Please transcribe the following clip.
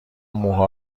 موها